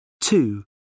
Two